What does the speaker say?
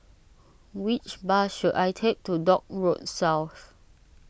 which bus should I take to Dock Road South